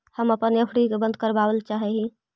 हम अपन एफ.डी के बंद करावल चाह ही